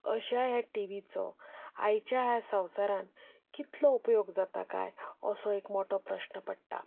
अश्या ह्या टी व्हीचो आयच्या संवसारांत कितलो उपयोग जाता काय असो एक मोठो प्रस्न पडटा